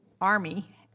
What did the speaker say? army